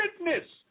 witness